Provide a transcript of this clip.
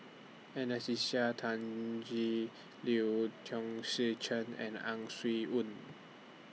Anastasia Tjendri Liew Chong Tze Chien and Ang Swee Aun